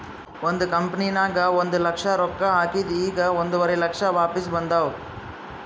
ಒಂದ್ ಕಂಪನಿನಾಗ್ ಒಂದ್ ಲಕ್ಷ ರೊಕ್ಕಾ ಹಾಕಿದ್ ಈಗ್ ಒಂದುವರಿ ಲಕ್ಷ ವಾಪಿಸ್ ಬಂದಾವ್